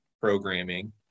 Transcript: programming